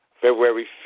February